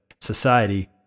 society